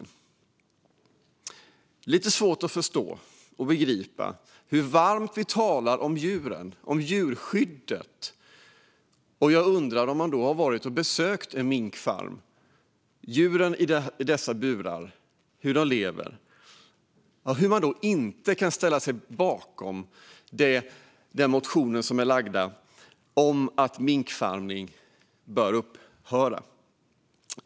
Jag undrar om alla som talar varmt om djuren och djurskyddet har besökt en minkfarm och sett hur djuren i dessa burar lever. Jag har lite svårt att förstå hur man då inte kan ställa sig bakom de motioner som har väckts om att minkfarmning bör upphöra.